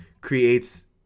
creates